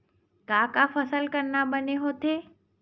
का का फसल करना बने होथे?